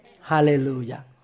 Hallelujah